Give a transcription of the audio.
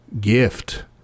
gift